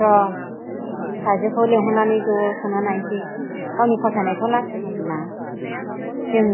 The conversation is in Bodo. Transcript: र' फिसाजोखौ लेंहरनानै ज' थांनानै नायनोसै गावनि फसायनायखौ लाबो नांगोन ना जों